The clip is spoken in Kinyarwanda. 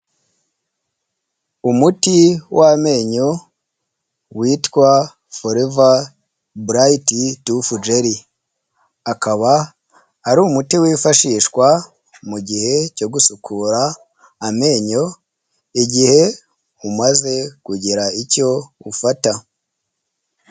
Umuti w'amenyo witwa foreva burayiti tufu jeri, akaba ari umuti wifashishwa mu gihe cyo gusukura amenyo igihe umaze kugira icyo ufata.